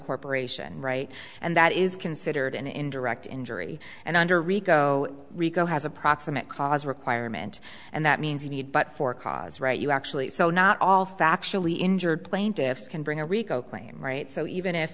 corporation right and that is considered an indirect injury and under rico rico has a proximate cause requirement and that means you need but for cause right you actually so not all factually injured plaintiffs can bring a rico claim right so even if